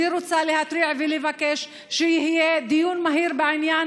אני רוצה להתריע ולבקש שיהיה דיון מהיר בעניין